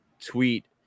tweet